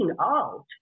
out